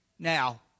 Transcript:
Now